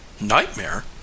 Nightmare